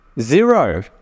zero